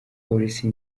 polisi